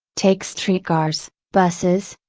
take streetcars, buses,